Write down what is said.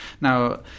Now